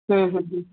ହୁଁ ହୁଁ ହୁଁ